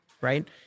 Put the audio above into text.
right